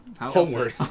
Homework